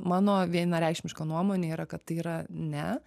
mano vienareikšmiška nuomonė yra kad tai yra ne